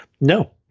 No